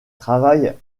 travaille